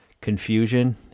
confusion